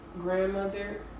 grandmother